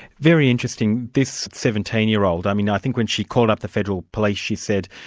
very interesting. this seventeen year old, i mean i think when she called up the federal police, she said,